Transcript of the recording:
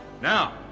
Now